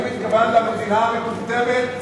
אני התכוונתי למדינה המטומטמת,